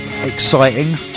exciting